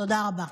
תודה רבה.